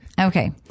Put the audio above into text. Okay